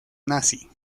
nazi